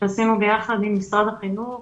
שעשינו יחד עם משרד החינוך